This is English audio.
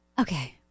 Okay